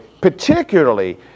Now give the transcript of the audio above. particularly